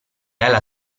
alla